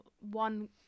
one